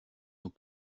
nous